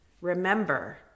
remember